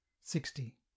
Sixty